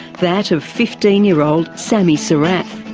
that of fifteen year old sammy sarraf.